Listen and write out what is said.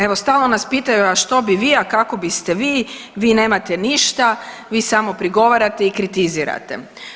Evo stalno nas pitaju, a što bi vi, a kako biste vi, vi nemate ništa, vi samo prigovarate i kritizirate.